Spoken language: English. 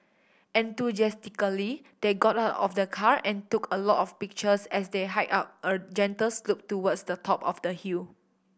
enthusiastically they got out of the car and took a lot of pictures as they hiked up a gentle slope towards the top of the hill